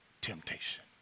temptation